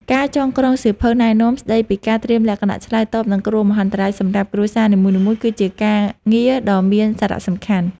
ការចងក្រងសៀវភៅណែនាំស្តីពីការត្រៀមលក្ខណៈឆ្លើយតបនឹងគ្រោះមហន្តរាយសម្រាប់គ្រួសារនីមួយៗគឺជាការងារដ៏មានសារៈសំខាន់។